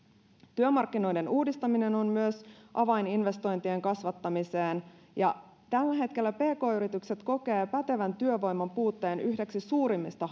työmarkkinoiden uudistaminen on myös avain investointien kasvattamiseen tällä hetkellä pk yritykset kokevat pätevän työvoiman puutteen yhdeksi suurimmista